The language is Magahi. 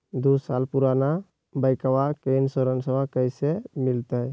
दू साल पुराना बाइकबा के इंसोरेंसबा कैसे मिलते?